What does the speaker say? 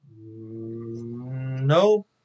no